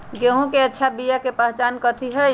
गेंहू के अच्छा बिया के पहचान कथि हई?